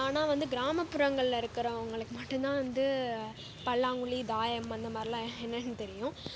ஆனால் வந்து கிராமப்புறங்களில் இருக்கறவங்களுக்கு மட்டும்தான் வந்து பல்லாங்குழி தாயம் அந்த மாதிரிலா என்னானு தெரியும்